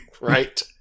right